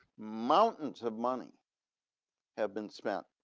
mountain to money have been spent